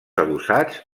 adossats